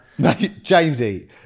Jamesy